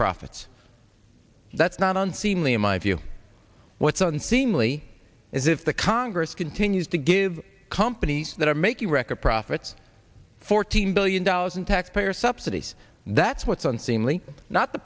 profits that's not unseemly in my view what's unseemly is if the congress continues to give companies that are making record profits fourteen billion dollars in taxpayer subsidies that's what's on seemly not the